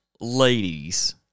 ladies